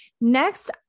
next